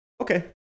Okay